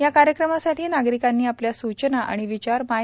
या कार्यक्रमासाठी नागरिकांनी आपल्य सूचना आणि विचार माय